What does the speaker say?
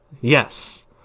Yes